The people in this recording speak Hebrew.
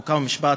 חוק ומשפט,